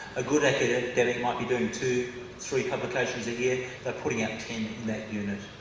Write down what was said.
a good academic that it might be doing two three publications a year, they're putting out ten in that unit,